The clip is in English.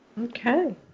Okay